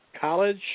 College